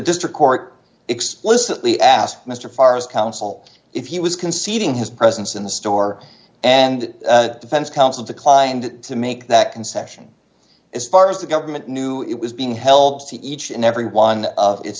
district court explicitly asked mr far as counsel if he was conceding his presence in the store and defense counsel declined to make that concession as far as the government knew it was being held to each and every one of its